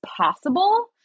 possible